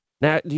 Now